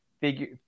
figure